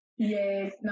Yes